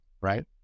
right